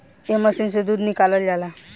एह मशीन से दूध निकालल जाला